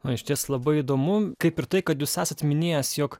o išties labai įdomu kaip ir tai kad jūs esat minėjęs jog